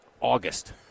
August